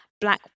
black